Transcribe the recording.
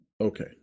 Okay